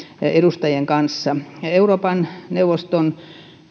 edustajien kanssa euroopan neuvoston